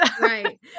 Right